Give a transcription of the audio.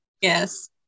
yes